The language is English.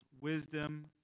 wisdom